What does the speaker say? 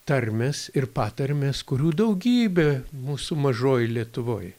tarmės ir patarmės kurių daugybė mūsų mažoj lietuvoj